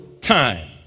time